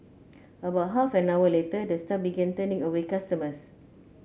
about half an hour later the staff began turning away customers